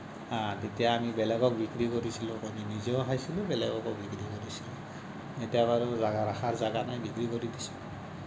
হা তেতিয়া আমি বেলেগক বিক্ৰি কৰিছিলোঁ কণী নিজেও খাইছিলোঁ বেলেগকো বিক্ৰী কৰিছিলোঁ এতিয়া বাৰু ৰাখাৰ জাগা নাই বিক্ৰী কৰি দিছোঁ